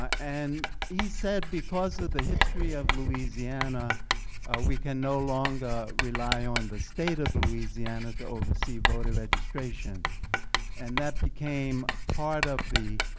and hes said because of the history of lousiana we can no longer rely on the state of lousianna to over see voter registration and that became part of the